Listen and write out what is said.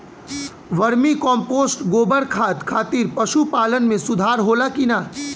Vermi compost गोबर खाद खातिर पशु पालन में सुधार होला कि न?